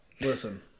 Listen